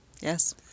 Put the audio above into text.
yes